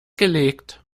gelegt